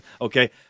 Okay